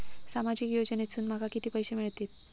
सामाजिक योजनेसून माका किती पैशे मिळतीत?